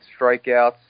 strikeouts